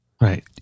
Right